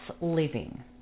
living